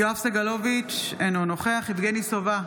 יואב סגלוביץ' אינו נוכח יבגני סובה,